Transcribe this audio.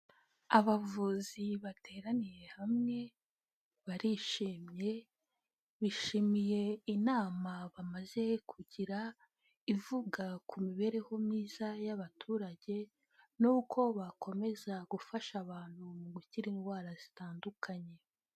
Abavuzi bateraniye hamwe barishimye bishimiye inama bamaze kugira ivuga ku mibereho myiza y'abaturage, n'uko bakomeza gufasha abantu mu gukira indwara zitandukanye.